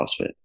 crossfit